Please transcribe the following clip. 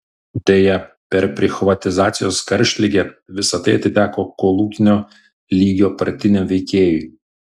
deja per prichvatizacijos karštligę visa tai atiteko kolūkinio lygio partiniam veikėjui